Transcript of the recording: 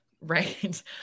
Right